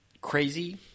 crazy